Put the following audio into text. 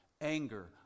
anger